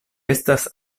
estas